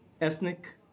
ethnic